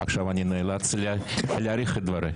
אני נאלץ להאריך את דבריי.